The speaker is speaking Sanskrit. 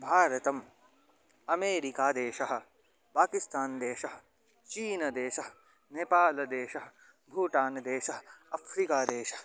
भारतं अमेरिकादेशः पाकिस्तानदेशः चीनदेशः नेपालदेशः भूटानदेशः अफ़्रिकादेशः